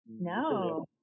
no